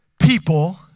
people